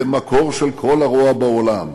כמקור של כל הרוע בעולם,